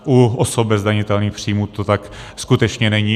U osob bez zdanitelných příjmů to tak skutečně není.